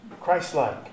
Christ-like